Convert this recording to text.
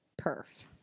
perf